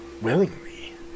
willingly